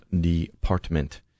department